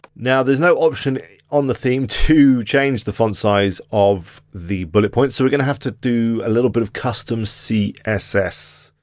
now there's no option on the theme to change the font size of the bullet points, so we're gonna have to do a little bit of custom css.